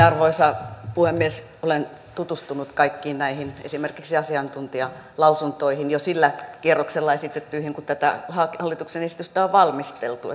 arvoisa puhemies olen tutustunut esimerkiksi kaikkiin näihin asiantuntijalausuntoihin jo sillä kierroksella esitettyihin kun tätä hallituksen esitystä on valmisteltu